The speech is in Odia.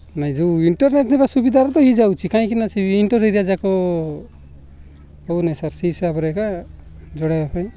ନାଇଁ ଯେଉଁ ଇଣ୍ଟର୍ନେଟ୍ ଥିବା ସୁବିଧାରେ ତ ହୋଇଯାଉଛିି କାହିଁକିନା ସେ ଇଣ୍ଟର୍ ଏରିଆଯାକ ହଉ ନାଇଁ ସାର୍ ସେହି ହିସାବରେ ଏକା ଜଣାଇବା ପାଇଁ